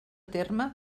terme